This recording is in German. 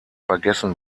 vergessen